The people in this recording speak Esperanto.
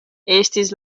estis